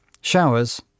Showers